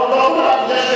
לא כולם.